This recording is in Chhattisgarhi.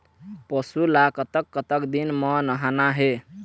पशु ला कतक कतक दिन म नहाना हे?